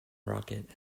rocket